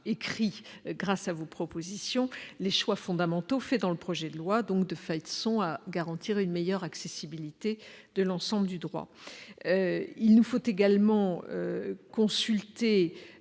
écrit grâce à vos propositions -les choix fondamentaux réalisés dans le projet de loi, de façon à garantir une meilleure accessibilité de l'ensemble du droit. Il nous faut également procéder